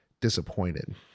disappointed